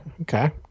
okay